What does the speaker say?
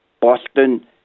Boston